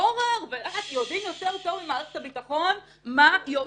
פורר ואת יודעים יותר טוב ממערכת הביטחון מה יועיל.